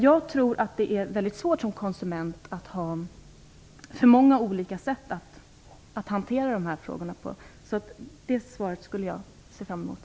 Jag tror att man har det väldigt svårt som konsument om det finns för många olika sätt att hantera dessa frågor på. Jag ser fram emot ett svar på min fråga.